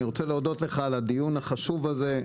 אני רוצה להודות לך על הדיון החשוב הזה,